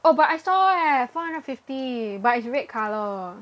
oh but I saw eh four hundred fifty but is red colour